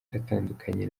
yaratandukanye